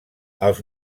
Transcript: els